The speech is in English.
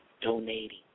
donating